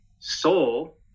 soul